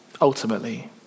ultimately